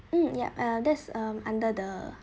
um ya there's um under the